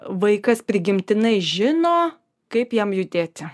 vaikas prigimtinai žino kaip jam judėti